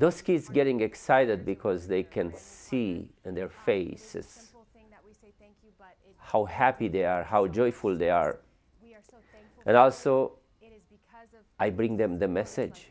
those kids getting excited because they can see in their faces how happy they are how joyful they are and also i bring them the message